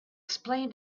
explain